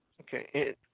Okay